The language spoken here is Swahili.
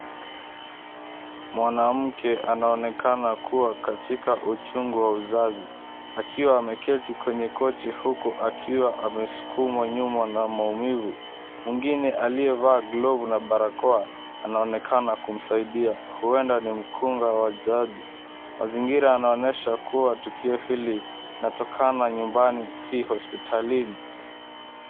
Mwanamke anaonekana kuwa katika uchungu wa uzazi akiwa ameketi kwenye kochi huku akiwa amesukumwa nyuma na maumivu. Mwingine aliyevaa glovu na barakoa anaonekana kumsaidia. Huenda ni mkunga wa jadi. Mazingira yanaonyesha kuwa tukio hili linatokana nyumbani si hospitalini.